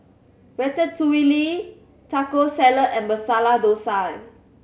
Ratatouille Taco Salad and Masala Dosa